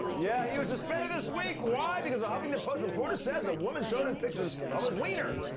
yeah, he was suspended this week. why? because a huffington post reporter says a woman showed him pictures of his wiener.